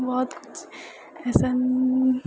बहुत किछु एइसन